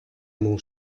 mon